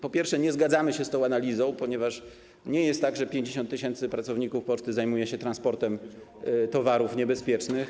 Po pierwsze, nie zgadzamy się z tą analizą, ponieważ nie jest tak, że 50 tys. pracowników poczty zajmuje się transportem towarów niebezpiecznych.